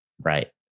right